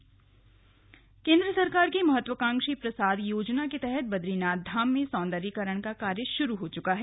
slug Prasad योजना चमोली केंद्र सरकार की महत्वाकांक्षी प्रसाद योजना के तहत बदरीनाथ धाम में सौन्दर्यीकरण का कार्य शुरू हो चुका है